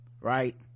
right